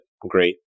Great